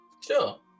Sure